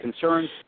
concerns